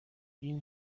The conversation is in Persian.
این